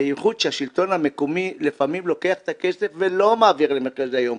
בייחוד שהשלטון המקומי לפעמים לוקח את הכסף ולא מעביר למרכזי היום.